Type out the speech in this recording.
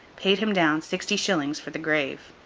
paid him down sixty shillings for the grave.